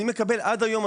אני מקבל עד היום,